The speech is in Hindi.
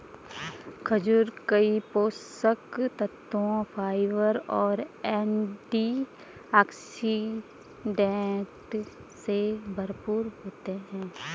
खजूर कई पोषक तत्वों, फाइबर और एंटीऑक्सीडेंट से भरपूर होते हैं